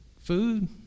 food